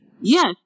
yes